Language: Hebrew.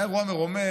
היה אירוע מרומם,